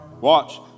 watch